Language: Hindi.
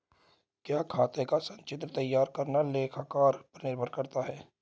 क्या खाते का संचित्र तैयार करना लेखाकार पर निर्भर करता है?